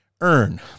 earn